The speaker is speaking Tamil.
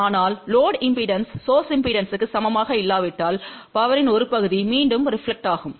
ஆனால் லோடு இம்பெடன்ஸ் சோர்ஸ் இம்பெடன்ஸ்க்கு சமமாக இல்லாவிட்டால் பவர்யின் ஒரு பகுதி மீண்டும் ரெபிளெக்டாகும்